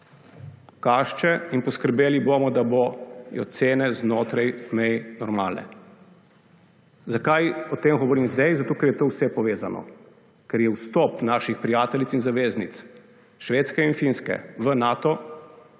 kašče in poskrbeli bomo, da bodo cene znotraj mej normale. Zakaj govorim o tem zdaj? Zato, ker je to vse povezano. Ker je vstop naših prijateljic in zaveznic Švedske in Finske v Nato